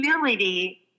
ability